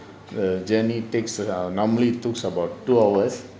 the journey takes about normally takes about two hours